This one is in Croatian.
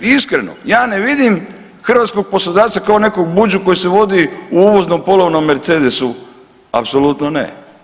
I iskreno ja ne vidim hrvatskog poslodavca kao nekog buđu koji se vodi u uvoznom polovnom Mercedesu, apsolutno ne.